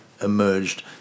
emerged